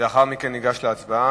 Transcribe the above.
ולאחר מכן ניגש להצבעה.